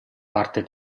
parte